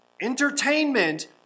Entertainment